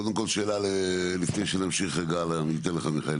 קודם כל שאלה לפני שנמשיך רגע, אני אתן לך מיכאל